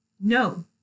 No